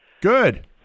Good